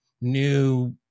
new